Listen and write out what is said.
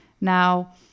Now